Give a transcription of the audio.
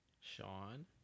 Sean